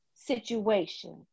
situation